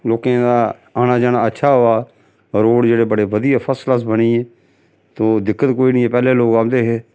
लोकें दा औना जाना अच्छा होआ रोड़ जेह्ड़े बड़े बधिया फस्सक्लास बनी गे तो दिक्कत कोई निं पैह्लें लोग औंदे हे